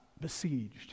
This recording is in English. besieged